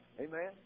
Amen